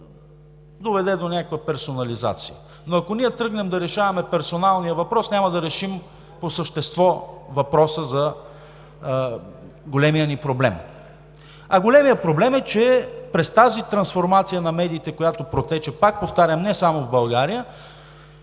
доведе до някаква персонализация, но ако ние тръгнем да решаваме персоналния въпрос, няма да решим по същество въпроса за големия ни проблем. А големият проблем е, че през тази трансформация на медиите, която протече, повтарям, не само в България,